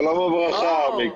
שלום וברכה, מיקי.